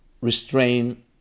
restrain